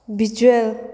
visual